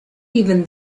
even